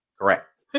Correct